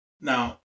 Now